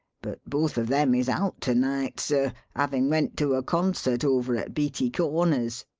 but both of them is out to-night, sir havin' went to a concert over at beattie corners.